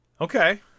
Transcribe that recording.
Okay